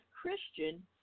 Christian